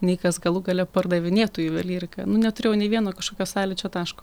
nei kas galų gale pardavinėtų juvelyriką nu neturėjau nei vieno kažkokio sąlyčio taško